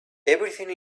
everything